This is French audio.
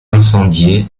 incendiées